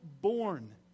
born